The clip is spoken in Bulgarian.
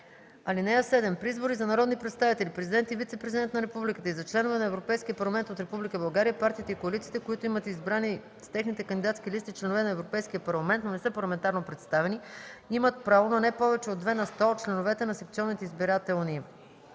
комисия. (7) При избори за народни представители, президент и вицепрезидент на републиката и за членове на Европейския парламент от Република България партиите и коалициите, които имат избрани с техните кандидатски листи членове на Европейския парламент, но не са парламентарно представени, имат право на не повече от две на сто от членовете на секционните избирателни